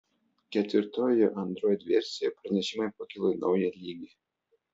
ketvirtojoje android versijoje pranešimai pakilo į naują lygį